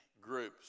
groups